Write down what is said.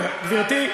גברתי,